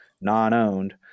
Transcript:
non-owned